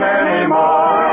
anymore